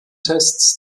tests